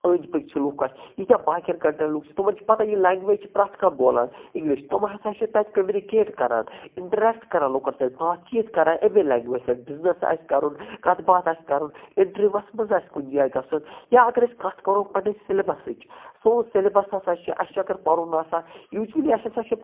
أندۍ پٔکۍ چھِ لُکھ اَسہِ ییٖتیاہ باقٮَ۪ن کَنٹریَن لُکھ چھِ تِمَن چھِ پَتہ یہِ لینگویٚج چھِ پرٮ۪تھ کانہہ بولان اِنگلِش تم ہَسا چھِ تَتہِ کَمنِکیٚٹ کَران اِنٹَریکٹ کَران لُکَن سۭتۍ بات چیٖت کَران اَمے لینگویٚج سۭتۍ بِزنِس آسہِ کَرُن کَتھ بات آسہِ کَرُن اِنٹَروِیوَس مَنٛز آسہِ کُنہ جایہِ گَژھُن یا اَگر أسۍ کَتھ کَرو پَننہِ سیلِبَسٕچ سون سیلِبَس ہَسا چھُ اَسہِ چھُ اگر پَرُن آسان یوٗجوَلی اَسہِ ہَسا چھِ